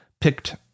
picked